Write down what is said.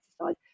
exercise